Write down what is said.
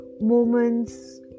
Moments